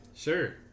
Sure